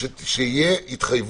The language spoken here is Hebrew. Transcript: שתהיה התחייבות,